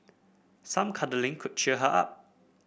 some cuddling could cheer her up